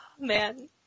Man